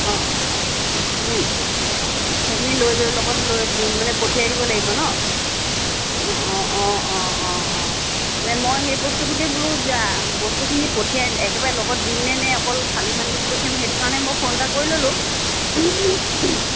অ সেইখিনি লৈ লগত লৈ মানে পঠিয়াই দিব লাগিব ন' অ অ অ অ অ মানে মই সেই বস্তুটোকে বোলো বস্তুখিনি পঠিয়াই একেবাৰে লগত দিমনে নে অকল খালী মানুহজনী পঠিয়াম সেইটো কাৰণে মই ফোন এটা কৰি ল'লোঁ